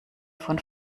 von